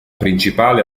principale